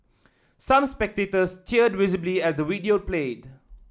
some spectators teared visibly as the video played